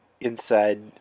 inside